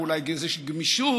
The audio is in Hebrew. ואולי גמישות,